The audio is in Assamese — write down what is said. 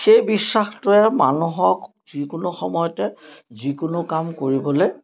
সেই বিশ্বাসটোৱে মানুহক যিকোনো সময়তে যিকোনো কাম কৰিবলে